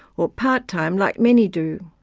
or part-time, like many do.